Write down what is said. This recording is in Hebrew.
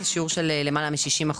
זה שיעור של למעלה מ-60%,